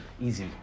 easy